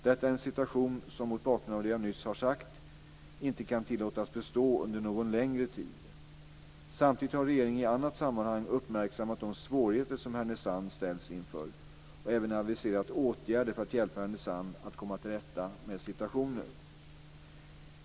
Detta är en situation som, mot bakgrund av det jag nyss har sagt, inte kan tillåtas bestå under någon längre tid. Samtidigt har regeringen i annat sammanhang uppmärksammat de svårigheter som Härnösand ställts inför, och även aviserat åtgärder för att hjälpa Härnösand att komma till rätta med situationen.